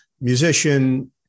musician